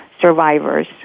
survivors